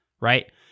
right